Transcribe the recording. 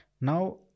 Now